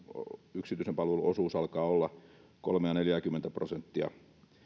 yksityisen palvelun osuus alkaa olla kolmeakymmentä viiva neljääkymmentä prosenttia niin